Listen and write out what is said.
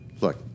Look